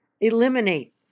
eliminate